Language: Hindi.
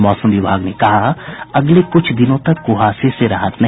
और मौसम विभाग ने कहा अगले कुछ दिनों तक कुहासे से राहत नहीं